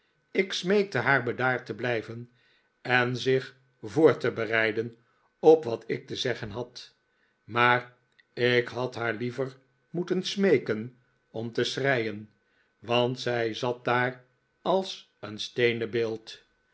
ik smeekte haar bedaard te blijven en zich voor te bereiden op wat ik te zeggen had maar ik had haar liever moeten smeeken om te schreien want zij zat daar als een steenen beeld